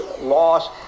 loss